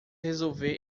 resolver